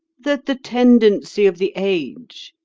that the tendency of the age,